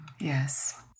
yes